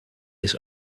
his